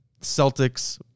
Celtics